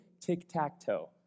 Tic-Tac-Toe